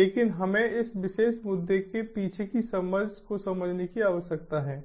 लेकिन हमें इस विशेष मुद्दे के पीछे की समझ को समझने की आवश्यकता है